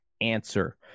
answer